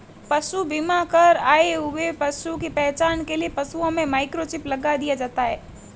पशु बीमा कर आए हुए पशु की पहचान के लिए पशुओं में माइक्रोचिप लगा दिया जाता है